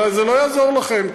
אבל זה לא יעזור לכם,